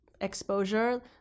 exposure